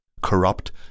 Corrupt